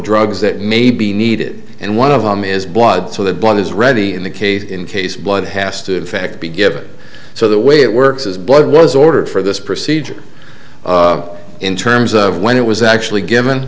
drugs that may be needed and one of them is blood so the blood is ready in the case in case blood has to be given so the way it works is blood was ordered for this procedure in terms of when it was actually given